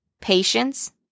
patience